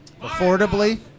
Affordably